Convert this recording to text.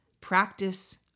practice